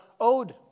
owed